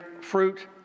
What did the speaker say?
fruit